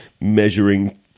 measuring